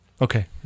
Okay